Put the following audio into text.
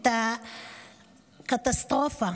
את הקטסטרופה,